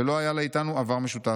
ולא היה לה איתנו עבר משותף.